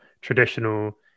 traditional